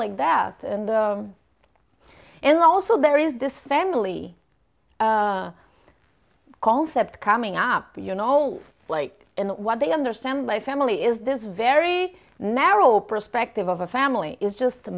like that and and also there is this family concept coming up you know like what they understand my family is this very narrow perspective of a family is just